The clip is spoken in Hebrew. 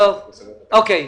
אוקיי.